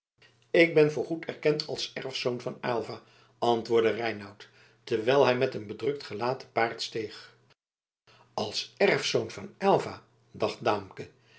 ik ben voorgoed erkend als erfzoon van aylva antwoordde reinout terwijl hij met een bedrukt gelaat te paard steeg als erfzoon van aylva dacht daamke